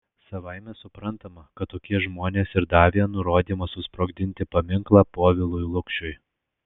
savaime suprantama kad tokie žmonės ir davė nurodymą susprogdinti paminklą povilui lukšiui